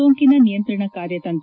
ಸೋಂಕಿನ ನಿಯಂತ್ರಣ ಕಾರ್ಯತಂತ್ರ